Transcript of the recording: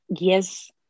yes